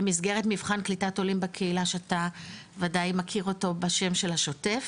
במסגרת מבחן קליטת עולים בקהילה שאתה וודאי מכיר אותו בשם של השוטף,